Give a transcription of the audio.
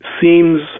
seems